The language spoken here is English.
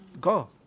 go